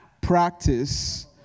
practice